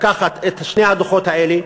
לקחת את שני הדוחות האלה,